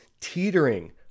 teetering